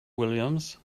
williams